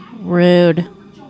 Rude